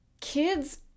Kids